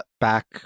Back